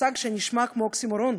מושג שנשמע כמו אוקסימורון,